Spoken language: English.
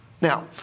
Now